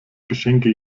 geschenke